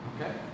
Okay